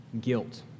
guilt